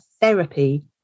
therapy